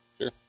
Sure